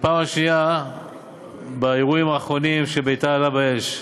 ובפעם השנייה באירועים האחרונים כשביתה עלה באש.